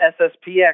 sspx